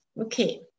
Okay